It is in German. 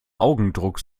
augendruck